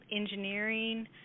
engineering